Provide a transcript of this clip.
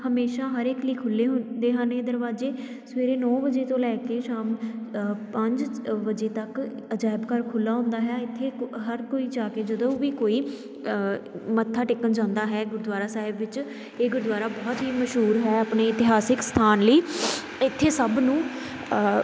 ਹਮੇਸ਼ਾ ਹਰ ਇੱਕ ਲਈ ਖੁੱਲ੍ਹੇ ਹੁੰਦੇ ਹਨ ਇਹ ਦਰਵਾਜ਼ੇ ਸਵੇਰੇ ਨੌ ਵਜੇ ਤੋਂ ਲੈ ਕੇ ਸ਼ਾਮ ਪੰਜ ਵਜੇ ਤੱਕ ਅਜਾਇਬ ਘਰ ਖੁੱਲ੍ਹਾ ਹੁੰਦਾ ਹੈ ਇੱਥੇ ਕ ਹਰ ਕੋਈ ਜਾ ਕੇ ਜਦੋਂ ਵੀ ਕੋਈ ਮੱਥਾ ਟੇਕਣ ਜਾਂਦਾ ਹੈ ਗੁਰਦੁਆਰਾ ਸਾਹਿਬ ਵਿੱਚ ਇਹ ਗੁਰਦੁਆਰਾ ਬਹੁਤ ਹੀ ਮਸ਼ਹੂਰ ਹੈ ਆਪਣੇ ਇਤਿਹਾਸਿਕ ਸਥਾਨ ਲਈ ਇੱਥੇ ਸਭ ਨੂੰ